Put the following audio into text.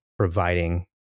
providing